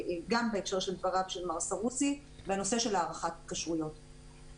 דבריו של מר סרוסי בנושא של הארכת התקשרויות.